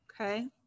okay